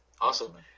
awesome